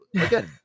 Again